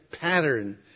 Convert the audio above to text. pattern